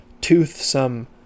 toothsome